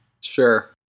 Sure